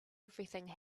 everything